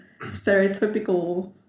stereotypical